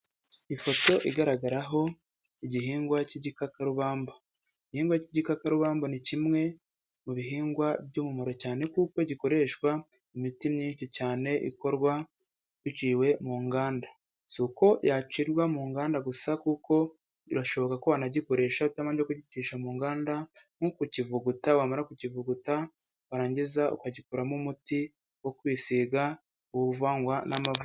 Ifoto igaragaraho igihingwa cy'igikakarubamba. Igihingwa cy'igikakarubamba ni kimwe mu bihingwa by'umumaro cyane kuko gikoreshwa mu miti myinshi cyane ikorwa biciwe mu nganda. Si uko yacirwa mu nganda gusa kuko birashoboka ko wanagikoresha utabanje kugicisha mu nganda nko kukivuguta wamara kukivuguta, warangiza ukagikoramo umuti wo kwisiga uvangwa n'amavuta.